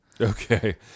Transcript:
Okay